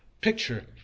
picture